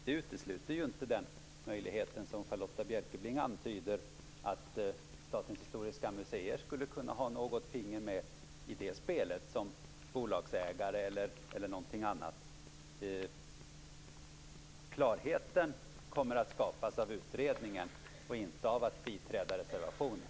Det utesluter ju inte den möjlighet som Charlotta Bjälkebring antyder, nämligen att Statens historiska museer skulle kunna ha ett finger med i det spelet som bolagsägare eller något annat. Klarheten kommer att skapas av utredningen och inte av att biträda reservationen.